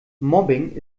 mobbing